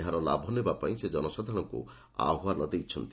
ଏହାର ଲାଭ ନେବା ପାଇଁ ସେ ଜନସାଧାରଣଙ୍କୁ ଆହ୍ୱାନ କରିଛନ୍ତି